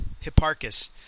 Hipparchus